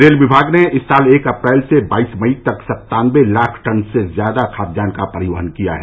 rail विभाग ने इस साल एक अप्रैल से बाईस मई तक सत्तानबे लाख टन से ज्यादा खाद्यान्न का परिवहन किया है